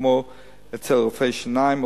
כמו רופאי שיניים,